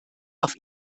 auf